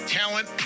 talent